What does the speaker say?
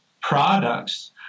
products